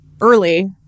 Early